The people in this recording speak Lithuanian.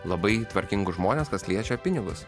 labai tvarkingus žmones kas liečia pinigus